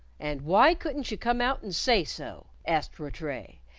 and why couldn't you come out and say so, asked rattray,